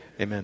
amen